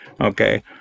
okay